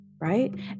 right